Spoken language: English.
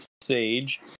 SAGE